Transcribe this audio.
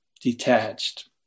detached